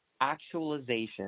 Actualization